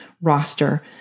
roster